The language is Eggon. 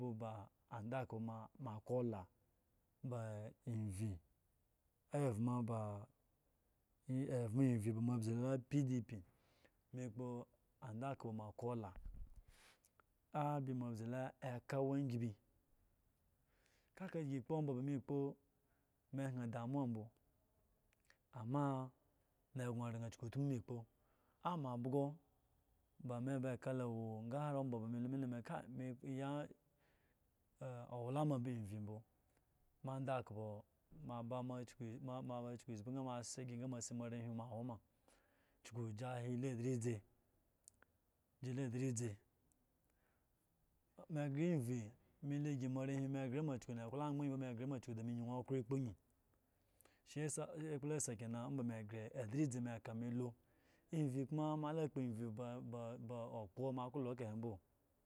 Gbo andakpo moa akola evma ba evyi moa abza lo pŋp me gbo andakpo moa akola eba moa abzi lo kka wangibi kaka si ekpo omba ba si ekpo gi hen damuwa mu bo amma me egno oran sku utmu me ekpo ma byo ba me ekalo awo ka har ba me elo ka me ayi owalama ba enyi bo moa andakpo aba kyuezmbo ga aze gi ng asa mam a akli aga awo ma okyuku gi he elo adlii me gre evyi me elo eda moa arehwi me gre ma shu da me ewlo anyban ayim mbo sku da me ayan lo eko ayin shi yasa ekplog yasa omba me gre adllizi me eka a me elo evyi kuma moayi akpo bbaba ogboku moa wo lo bo